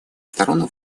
сторон